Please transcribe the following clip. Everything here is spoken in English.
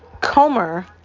Comer